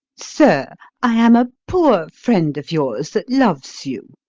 sir, i am a poor friend of yours, that loves you.